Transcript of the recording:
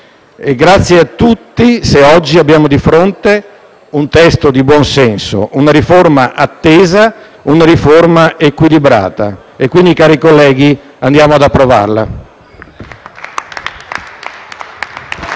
riforma - se oggi abbiamo di fronte un testo di buon senso, una riforma attesa ed equilibrata. Quindi, cari colleghi, andiamo ad approvarla.